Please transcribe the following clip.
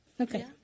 Okay